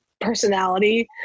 personality